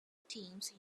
teams